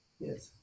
Yes